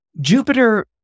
Jupiter